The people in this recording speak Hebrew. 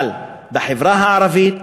אבל בחברה הערבית,